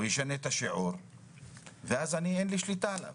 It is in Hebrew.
הוא ישנה את השיעור ואז לא תהיה לי שליטה עליו.